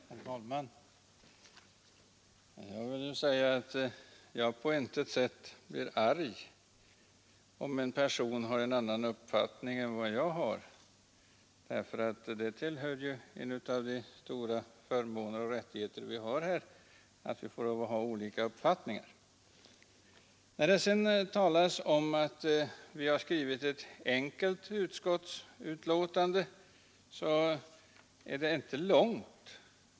Herr talman! Jag vill säga att jag på intet sätt blir arg om en person har en annan uppfattning än jag har. Det tillhör en av de stora förmåner och rättigheter vi har: att vi får lov att ha olika uppfattningar. Herr Komstedt säger att vi har skrivit ett enkelt utskottsbetänkande. Jag kan medge att det inte är långt.